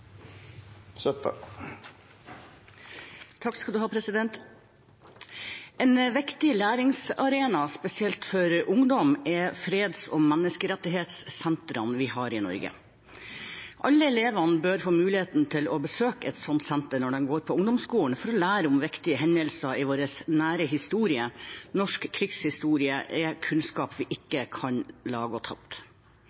En viktig læringsarena, spesielt for ungdom, er freds- og menneskerettighetssentrene i Norge. Alle elever bør få mulighet til å besøke et slikt senter når de går på ungdomsskolen, for å lære om viktige hendelser i vår nære historie. Norsk krigshistorie er kunnskap vi